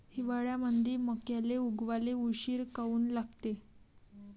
हिवाळ्यामंदी मक्याले उगवाले उशीर काऊन लागते?